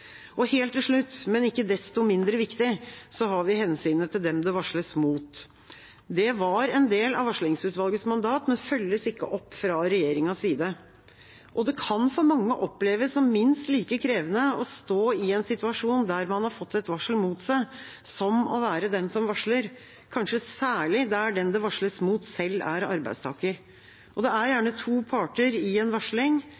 Til slutt, men ikke desto mindre viktig, har vi hensynet til dem det varsles imot. Det var en del av varslingsutvalgets mandat, men følges ikke opp fra regjeringas side. Det kan for mange oppleves som minst like krevende å stå i en situasjon der man har fått et varsel mot seg, som å være den som varsler – kanskje særlig der den som det varsles imot, selv er arbeidstaker. Det er